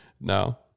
No